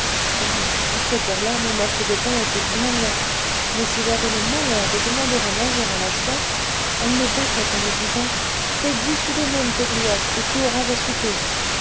dame à cette heure-là mon morceau de pain était bien loin mais si j'avais le malheur de demander à manger à la chouette elle me battait en me disant fais dix sous d'aumône pégriotte et tu auras à souper